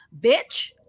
bitch